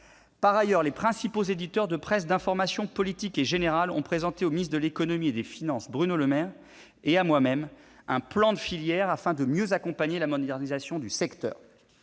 Par ailleurs, les principaux éditeurs de la presse d'information politique et générale ont présenté au ministre de l'économie et des finances, Bruno Le Maire, et à moi-même un plan de filière, afin de mieux accompagner la modernisation du secteur.